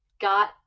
got